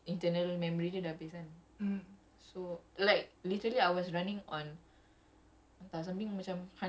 and macam segala benda pun tak boleh buat pasal err internal memory dia dah habis kan